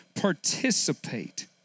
participate